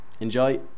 Enjoy